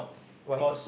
why